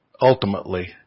ultimately